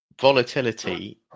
volatility